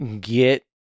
get